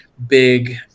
big